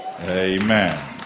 Amen